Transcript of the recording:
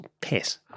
piss